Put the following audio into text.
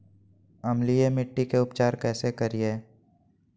अम्लीय मिट्टी के उपचार कैसे करियाय?